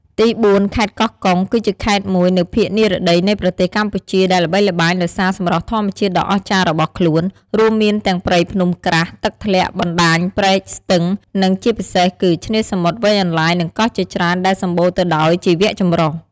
ទីបួន ខេត្តកោះកុង គឺជាខេត្តមួយនៅភាគនិរតីនៃប្រទេសកម្ពុជា ដែលល្បីល្បាញដោយសារសម្រស់ធម្មជាតិដ៏អស្ចារ្យរបស់ខ្លួន រួមមានទាំងព្រៃភ្នំក្រាស់ ទឹកធ្លាក់ បណ្តាញព្រែកស្ទឹង និងជាពិសេសគឺ ឆ្នេរសមុទ្រវែងអន្លាយ និងកោះជាច្រើន ដែលសម្បូរទៅដោយជីវៈចម្រុះ។